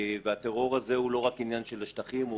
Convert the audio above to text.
הטרור הזה הוא לא עניין רק של השטחים,